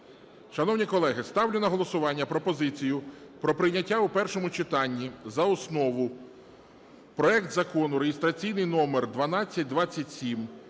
Шановні колеги, ставлю на голосування пропозицію про прийняття в першому читанні за основу проект Закону (реєстраційний номер 1227)